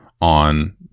on